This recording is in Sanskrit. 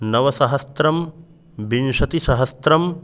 नवसहस्रं विंशतिसहस्रम्